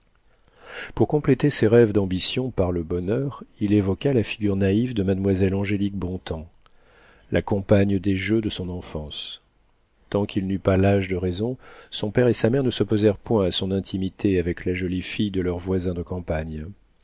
pour compléter ses rêves d'ambition par le bonheur il évoqua la figure naïve de mademoiselle angélique bontems la compagne des jeux de son enfance tant qu'il n'eut pas l'âge de raison son père et sa mère ne s'opposèrent point à son intimité avec la jolie fille de leur voisin de campagne